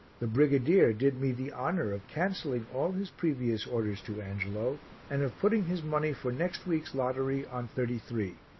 the brigadier did me the honour of cancelling all his previous orders to angelo and of putting his money for next week's lottery on thirty-three.